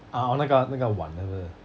orh 那个那个碗那个